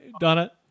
Donna